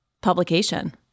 publication